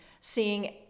seeing